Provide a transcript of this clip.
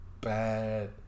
bad